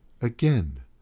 Again